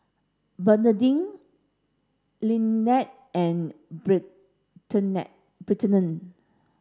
Bernardine Linette and